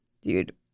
dude